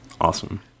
Awesome